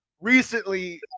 recently